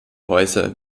häuser